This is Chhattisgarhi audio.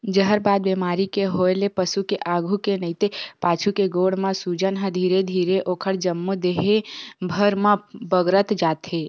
जहरबाद बेमारी के होय ले पसु के आघू के नइते पाछू के गोड़ म सूजन ह धीरे धीरे ओखर जम्मो देहे भर म बगरत जाथे